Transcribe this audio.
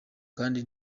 kandi